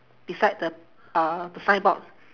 beside the uh the signboard